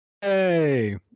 Hey